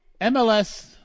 MLS